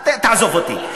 תעזוב אותי.